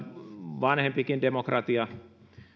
vanhempikin demokratiaperinne